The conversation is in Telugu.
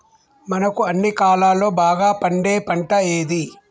మనకు అన్ని కాలాల్లో బాగా పండే పంట ఏది?